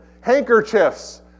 handkerchiefs